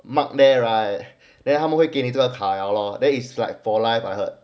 mark there right then 他们会给你那个 card 了 lor even it's for life I heard